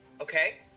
okay